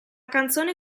canzone